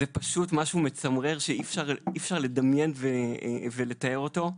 זה פשוט משהו מצמרר שאי אפשר לדמיין ולתאר אותו.